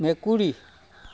মেকুৰী